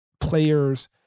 players